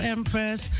Empress